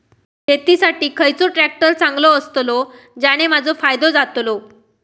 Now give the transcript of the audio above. शेती साठी खयचो ट्रॅक्टर चांगलो अस्तलो ज्याने माजो फायदो जातलो?